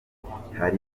hari